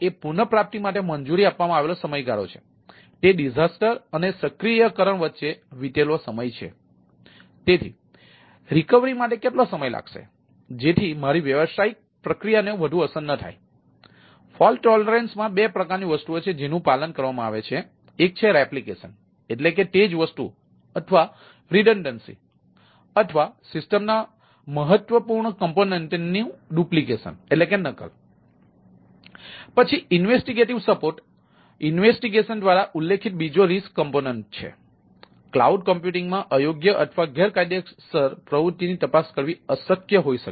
પછીઇન્વેસ્ટિગેટિવ સપોર્ટમાં અયોગ્ય અથવા ગેરકાયદેસર પ્રવૃત્તિની તપાસ કરવી અશક્ય હોઈ શકે છે